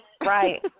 Right